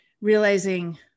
realizing